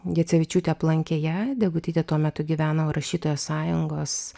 gecevičiūtė aplankė ją degutytė tuo metu gyveno rašytojo sąjungos